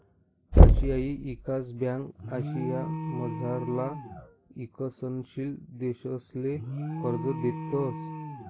आशियाई ईकास ब्यांक आशियामझारला ईकसनशील देशसले कर्ज देतंस